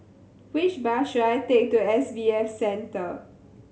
which bus should I take to S B F Center